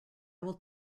will